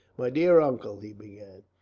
my dear uncle, he began,